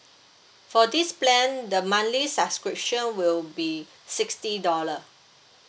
for this plan the monthly subscription will be sixty dollar